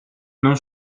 non